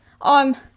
on